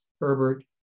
Herbert